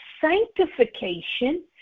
sanctification